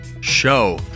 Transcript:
Show